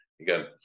again